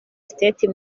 state